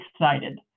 excited